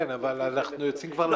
כן, אבל אנחנו יוצאים כבר לדרך.